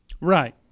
Right